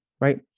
right